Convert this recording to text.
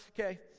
Okay